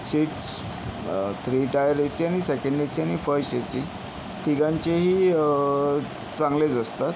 seats three tier A C आणि second A C आणि first A C तिघांचेही चांगलेच असतात